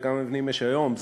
וכמה מבנים יש היום,